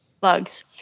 bugs